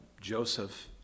Joseph